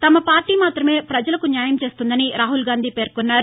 తమ పార్టీ మాత్రమే ప్రజలకు న్యాయం చేస్తుందని రాహుల్గాంధీ పేర్కొన్నారు